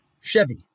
Chevy